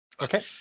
Okay